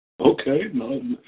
Okay